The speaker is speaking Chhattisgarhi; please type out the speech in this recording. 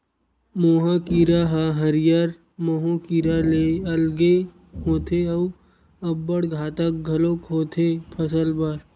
मोहा कीरा ह हरियर माहो कीरा ले अलगे होथे अउ अब्बड़ घातक घलोक होथे फसल बर